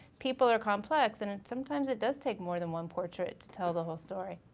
people are complex and sometimes it does take more than one portrait to tell the whole story.